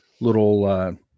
little